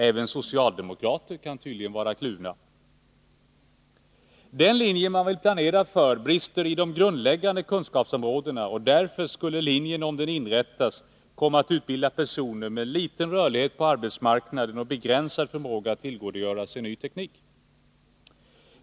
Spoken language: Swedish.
Även socialdemokrater kan tydligen vara kluvna! Den linje man vill planera för har brister när det gäller de grundläggande kunskapsområdena, och därför skulle linjen om den inrättas komma att utbilda personer med liten rörlighet på arbetsmarknaden och begränsad förmåga att tillgodogöra sig ny teknik.